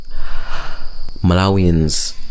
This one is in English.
malawians